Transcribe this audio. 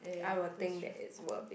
I will think that it's worth it